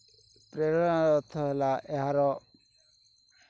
ପ୍ରେରଣାର ଅର୍ଥ ହେଲା ଏହାର